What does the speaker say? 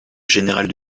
général